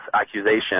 accusation